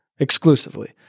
exclusively